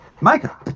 micah